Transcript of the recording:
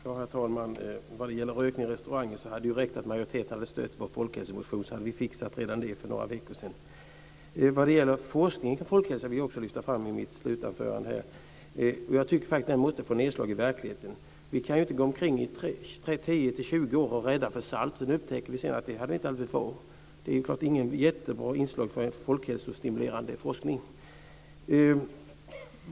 Herr talman! Vad gäller rökning på restauranger hade det räckt att majoriteten hade stött vår folkhälsomotion. Då hade vi fixat det redan för några veckor sedan. När det gäller forskning om folkhälsa vill jag också lyfta fram den frågan något i mitt slutanförande. Jag tycker att den måste få nedslag i verkligheten. Vi kan inte gå omkring i 10-20 år och vara rädda för salt för att sedan upptäcka att det hade vi inte behövt vara! Det är förstås inget jättebra inslag för folkhälsostimulerande forskning.